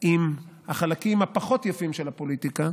עם החלקים הפחות יפים של הפוליטיקה.